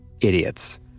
idiots